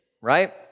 right